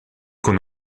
con